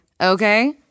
okay